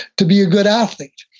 to be a good athlete.